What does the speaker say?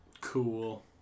Cool